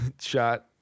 shot